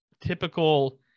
typical